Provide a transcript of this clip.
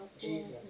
Jesus